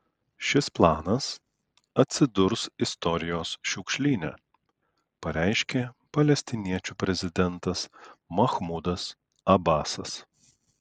šis planas atsidurs istorijos šiukšlyne pareiškė palestiniečių prezidentas mahmudas abasas